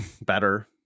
better